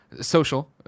social